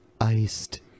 iced